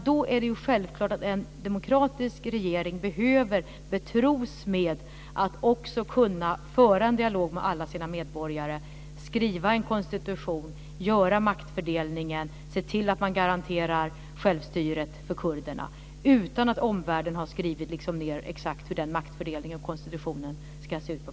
Då är det självklart att en demokratisk regering behöver betros med att också kunna föra en dialog med alla sina medborgare, skriva en konstitution, göra maktfördelningen, se till att man garanterar självstyret för kurderna utan att omvärlden har skrivit ned på papperet exakt hur den maktfördelningen och konstitutionen ska se ut.